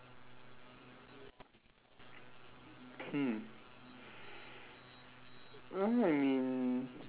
um I mean